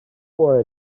for